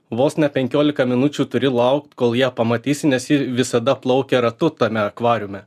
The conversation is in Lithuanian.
vos ne penkiolika minučių turi laukt kol ją pamatysi nes ji visada plaukia ratu tame akvariume